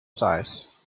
size